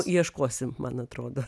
ieškosim man atrodo